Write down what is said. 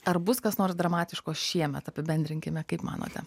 ar bus kas nors dramatiško šiemet apibendrinkime kaip manote